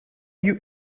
you